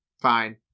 fine